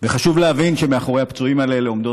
חשוב להבין שמאחורי הפצועים האלה עומדות